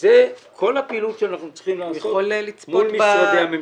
וזאת כל הפעילות שאנחנו צריכים לעשות מול משרדי הממשלה.